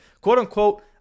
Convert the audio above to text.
quote-unquote